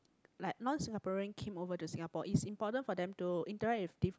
like non Singaporean came over to Singapore it's important for them to interact with diff~